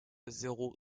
zéro